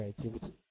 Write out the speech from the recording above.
creativity